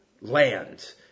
land